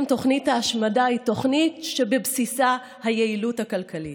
תוכנית ההשמדה היא תוכנית שבבסיסה היעילות הכלכלית.